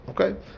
Okay